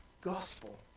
gospel